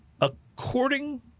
according